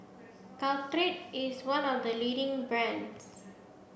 Caltrate is one of the leading brands